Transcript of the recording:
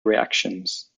reactions